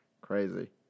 Crazy